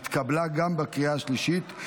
התקבלה גם בקריאה השלישית,